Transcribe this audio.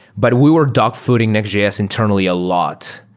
but we were dog-fooding nextjs internally a lot.